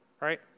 Right